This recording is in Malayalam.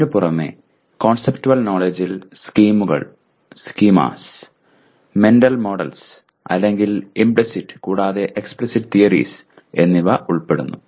അതിനു പുറമെ കോൺസെപ്റ്റുവൽ നോലെഡ്ജ്ജിൽ സ്കീമകൾ മെന്റൽ മോഡൽസ് അല്ലെങ്കിൽ ഇംപ്ലിസിറ്റ് കൂടാതെ എക്സ്പ്ലിസിറ്റ് തിയറീസ് എന്നിവ ഉൾപ്പെടുന്നു